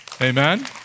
Amen